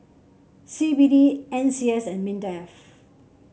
C B D N C S and Mindef